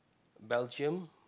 Belguim